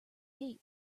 gate